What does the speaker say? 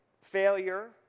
Failure